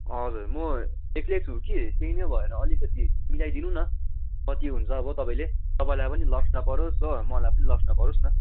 हजुर म एक्लै छु कि त्यही नै भएर अलिकति मिलाइदिनु न कति हुन्छ अब तपाईँले तपाईँलाई पनि लस्ट नपरोस् हो मलाई पनि लस्ट नपरोस् न